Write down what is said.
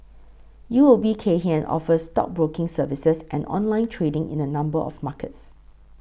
U O B Kay Hian offers stockbroking services and online trading in a number of markets